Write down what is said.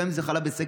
גם אם זה חלב בשקית,